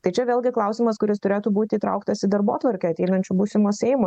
tai čia vėlgi klausimas kuris turėtų būti įtrauktas į darbotvarkę ateinančio būsimo seimo